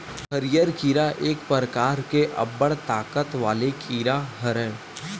हरियर कीरा एक परकार के अब्बड़ ताकत वाले कीरा हरय